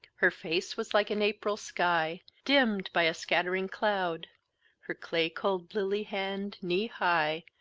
her face was like an april sky dimm'd by a scatt'ring cloud her clay-cold lily hand, knee-high,